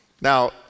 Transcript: Now